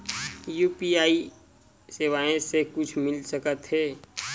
UPI सेवाएं से कुछु मिल सकत हे?